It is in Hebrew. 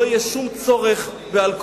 לא יהיה שום צורך באלכוהול.